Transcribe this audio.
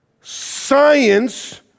science